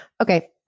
okay